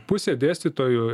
pusė dėstytojų